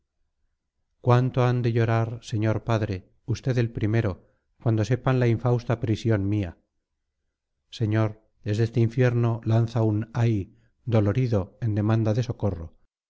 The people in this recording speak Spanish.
cuánto han de llorar señor padre usted el primero cuando sepan la infausta prisión mía señor desde este infierno lanza un ay dolorido en demanda de socorro